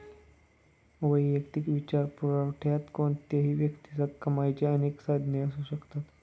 वैयक्तिक वित्तपुरवठ्यात कोणत्याही व्यक्तीच्या कमाईची अनेक साधने असू शकतात